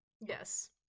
Yes